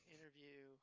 interview